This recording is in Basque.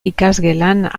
ikasgelan